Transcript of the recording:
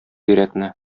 йөрәкне